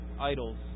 idols